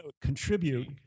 contribute